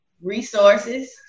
Resources